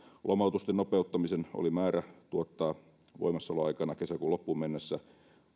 lomautusten nopeuttamisen oli määrä tuottaa voimassaoloaikanaan kesäkuun loppuun mennessä